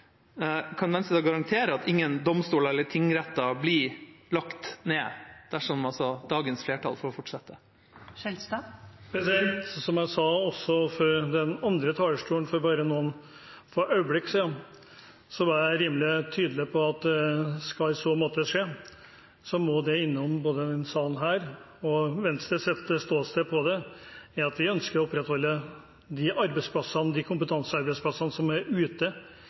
at ingen domstoler eller tingretter blir lagt ned. Som jeg sa fra den andre talerstolen for bare noen få øyeblikk siden – og jeg var rimelig tydelig: Skal det måtte skje, må det innom denne salen, og Venstres ståsted er at vi ønsker å opprettholde de kompetansearbeidsplassene som er ute